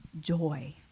joy